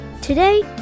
Today